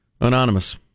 Anonymous